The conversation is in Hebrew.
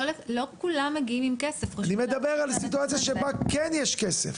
לא כולם מגיעים עם כסף --- אני מדבר על סיטואציה שבה כן יש כסף.